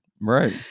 Right